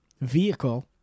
vehicle